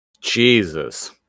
Jesus